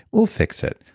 we'll fix it.